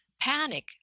panic